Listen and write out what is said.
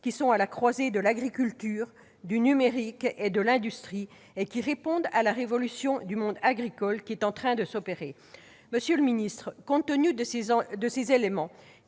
qui sont à la croisée de l'agriculture, du numérique et de l'industrie, et qui répondent à la révolution du monde agricole qui est en train de s'accomplir. Monsieur le ministre, compte tenu de ces éléments,